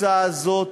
התפיסה הזאת